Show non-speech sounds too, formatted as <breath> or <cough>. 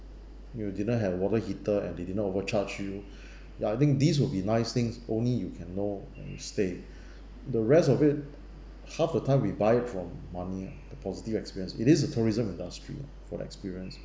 you didn't have a water heater and they did not overcharge you <breath> ya I think these would be nice things only you can know when you stay <breath> the rest of it half the time we buy it from money ah the positive experience it is a tourism industry ah for the experience